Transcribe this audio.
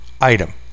item